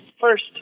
first